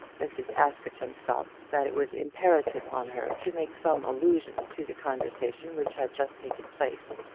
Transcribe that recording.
mrs. askerton felt that it was imperative on her to make some allusion to the conversation which had just taken place,